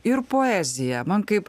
ir poezija man kaip